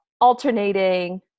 alternating